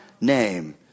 name